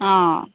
অঁ